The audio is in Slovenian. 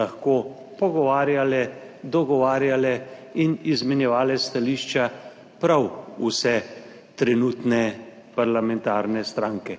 lahko pogovarjale, dogovarjale in izmenjevale stališča prav vse trenutne parlamentarne stranke.